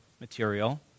material